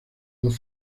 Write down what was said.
dos